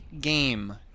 game